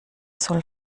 soll